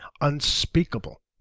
unspeakable